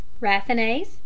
raffinase